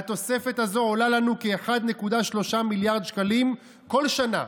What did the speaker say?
והתוספת הזאת עולה לנו כ-1.3 מיליארד שקלים כל שנה.